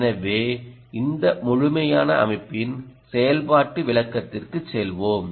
எனவே இந்த முழுமையான அமைப்பின் செயல்பாட்டு விளக்கத்திற்குச் செல்வோம்